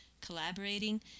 Collaborating